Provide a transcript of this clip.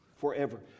forever